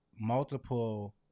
multiple